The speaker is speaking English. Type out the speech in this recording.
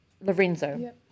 Lorenzo